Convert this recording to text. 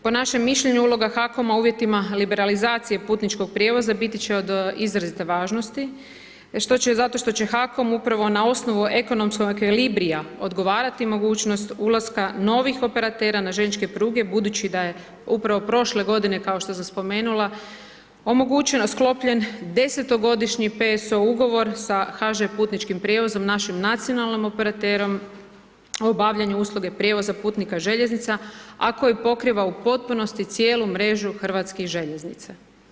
Po našem mišljenju uloga HAKOM-a u uvjetima liberalizacije putničkog prijevoza biti će od izrazite važnosti zato što će HAKOM upravo na osnovu ekonomske …/nerazumljivo/… odgovarati mogućnost ulaska novih operatera na željezničke pruge budući da je upravo prošle godine kao što sam spomenula omogućen, sklopljen desetogodišnji PSO ugovor sa HŽ Putničkim prijevozom našim nacionalnim operaterom o obavljanju usluge prijevoza putnika željeznica, a koji pokriva u potpunosti cijelu mrežu hrvatskih željeznica.